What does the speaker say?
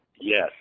Yes